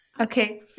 Okay